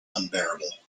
unbearable